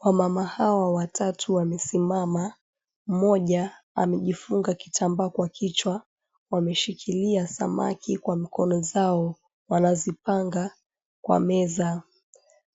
Wamama hawa watatu wamesimama. Mmoja amejifunga kitambaa kwa kichwa, wameshikilia samaki kwa mikono zao wanazipanga kwa meza.